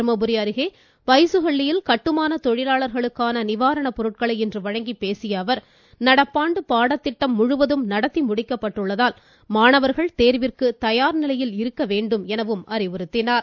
தர்மபுரி அருகே பைசுஹள்ளியில் கட்டுமான தொழிலாளர்களுக்கான நிவாரணப் பொருட்களை இன்று வழங்கி பேசிய அவர் நடப்பாண்டு பாடத்திட்டம் முழுவதும் நடத்தி முடிக்கப்பட்டுள்ளதால் மாணவர்கள் தேர்விற்கு தயார்நிலையில் இருக்க வேண்டும் என அறிவுறுத்தினார்